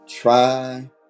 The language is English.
Try